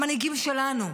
המנהיגים שלנו,